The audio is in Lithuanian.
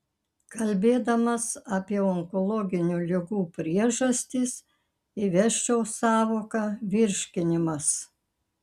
kalbėdamas apie onkologinių ligų priežastis įvesčiau sąvoką virškinimas